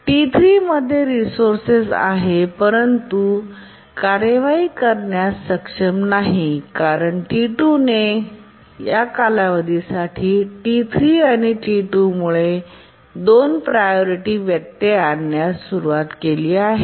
T3 मध्ये resources आहे परंतु टास्क वाही करण्यास सक्षम नाही कारण T2 ने या कालावधी साठी T3 आणि T2 मुळे 2 प्रायोरिटी व्यत्यय आणण्यास सुरुवात केली आहे